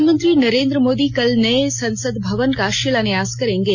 प्रधानमंत्री नरेन्द्र मोदी कल नए संसद भवन का शिलान्यास करेंगे